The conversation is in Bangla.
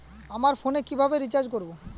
আমার ফোনে কিভাবে রিচার্জ করবো?